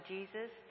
Jesus